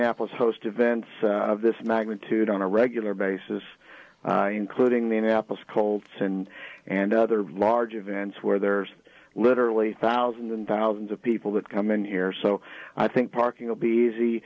apples host events of this magnitude on a regular basis including the napoles cold and and other large events where there's literally thousands and thousands of people that come in here so i think parking will be easy